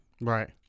Right